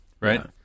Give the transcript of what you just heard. right